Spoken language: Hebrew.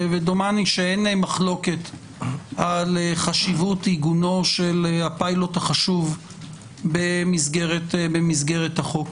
ודומני שאין מחלוקת על חשיבות עיגונו של הפיילוט החשוב במסגרת החוק.